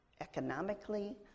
economically